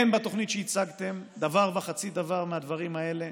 אין בתוכנית שהצגתם דבר וחצי דבר מהדברים האלה,